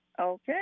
Okay